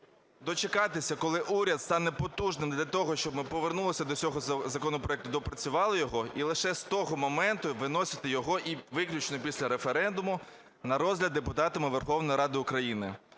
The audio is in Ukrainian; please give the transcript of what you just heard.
дочекатися, коли уряд стане потужним, для того щоб ми повернулися до цього законопроекту, доопрацювали його, і лише з того моменту виносити його, і виключно після референдум, на розгляд депутатами Верховної Ради України.